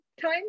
time